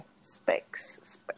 Specs